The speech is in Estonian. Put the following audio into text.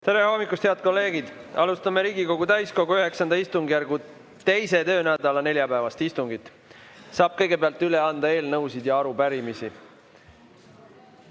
Tere hommikust, head kolleegid! Alustame Riigikogu täiskogu IX istungjärgu 2. töönädala neljapäevast istungit. Kõigepealt saab üle anda eelnõusid ja arupärimisi.